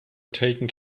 taken